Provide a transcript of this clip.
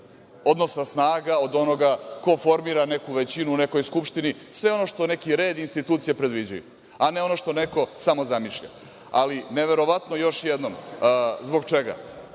odnosa snaga, od onoga ko formira neku većinu u nekoj Skupštini, sve ono što neki red institucije predviđa, a ne ono što neko samo zamišlja. Neverovatno još jednom – zbog čega?